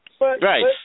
Right